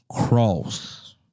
cross